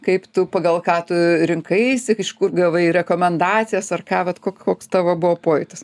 kaip tu pagal ką tu rinkaisi iš kur gavai rekomendacijas ar ką vat ko koks tavo buvo pojūtis